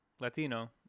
Latino